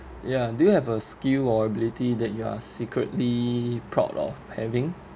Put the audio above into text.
ya do you have a skill or ability that you are secretly proud of having